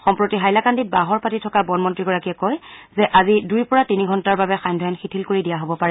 সম্প্ৰতি হাইলাকান্দিত বাহৰ পাতি থকা বনমন্ত্ৰীগৰাকীয়ে কয় যে আজি দুইৰ পৰা তিনি ঘণ্টাৰ বাবে সান্ধ্য আইন শিথিল কৰি দিয়া হ'ব পাৰে